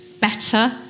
better